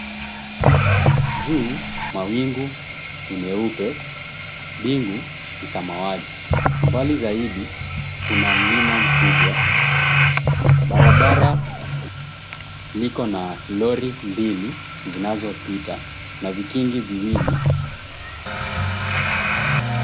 Juu, mawingu ni meupe, mbingu ni samawati. Mbali zaidi, kuna mlima mkubwa. Barabara liko na lori mbili zinazopita na vikingi viwili.